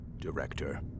Director